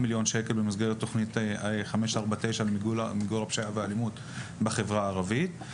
מיליון ₪ במסגרת תוכנית 549 למיגור הפשיעה באלימות בקרב החברה הערבית.